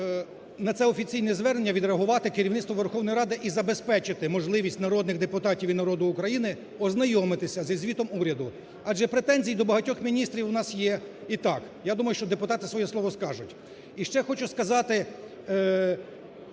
на це офіційне звернення відреагувати керівництво Верховної Ради і забезпечити можливість народних депутатів і народу України ознайомитися зі звітом уряду, адже претензій до багатьох міністрів у нас є і так, я думаю, що депутати своє слово скажуть.